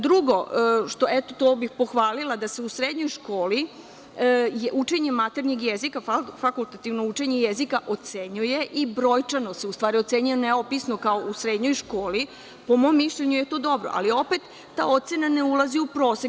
Drugo, to bih pohvalila, da se u srednjoj školi učenje maternjeg jezika, fakultativno učenje jezika, ocenjuje i brojčano, a ne opisno kao u srednjoj školi, po mom mišljenju je to dobro, ali opet, ta ocena ne ulazi u prosek.